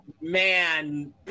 man